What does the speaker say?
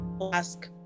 ask